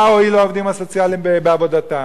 מה הועילו העובדים הסוציאליים בעבודתם?